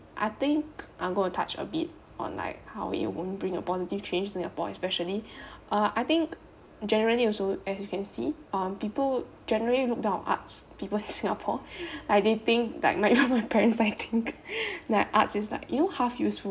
I think I'm going to touch a bit on like how it won't bring a positive change in singapore especially uh I think generally also as you can see um people generally look down on arts people in singapore like they think that might probably my parents that think that art is like you know half useful